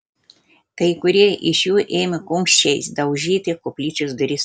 kai kurie iš jų ėmė kumščiais daužyti koplyčios duris